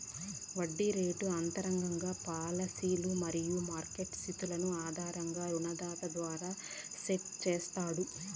వడ్డీ రేటు అంతర్గత పాలసీలు మరియు మార్కెట్ స్థితుల ఆధారంగా రుణదాత ద్వారా సెట్ చేస్తాండారు